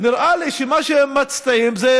נראה לי שמה שהם מציעים זה,